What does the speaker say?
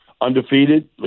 undefeated